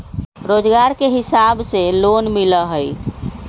रोजगार के हिसाब से लोन मिलहई?